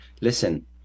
listen